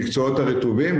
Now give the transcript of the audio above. המקצועות הרטובים,